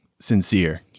sincere